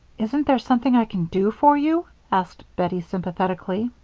isn't there something i can do for you? asked bettie, sympathetically.